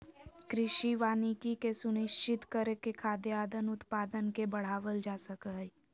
कृषि वानिकी के सुनिश्चित करके खाद्यान उत्पादन के बढ़ावल जा सक हई